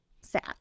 sad